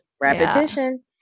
Repetition